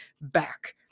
back